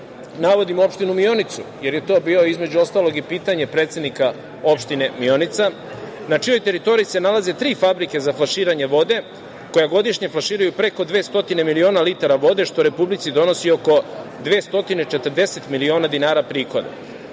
navodim opštinu Mionicu, jer je to bilo, između ostalog, i pitanje predsednika opštine Mionica na čijoj teritoriji se nalaze tri fabrike za flaširanje vode koje godišnje flaširaju preko 200 miliona litara vode, što republici donosi oko 240 milion dinara prihoda.